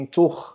toch